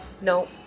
No